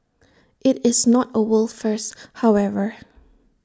IT is not A world first however